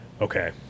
okay